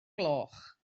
gloch